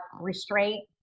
restraint